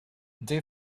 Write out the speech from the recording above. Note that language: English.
they